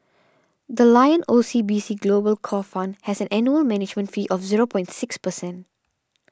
the Lion O C B C Global Core Fund has an annual management fee of zero point six percent